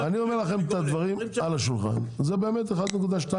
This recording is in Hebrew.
אני אומר לכם את הדברים על השולחן, זה באמת 1.2%,